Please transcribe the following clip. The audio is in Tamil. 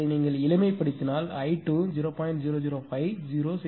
நீங்கள் எளிமைப்படுத்தினால் i2 0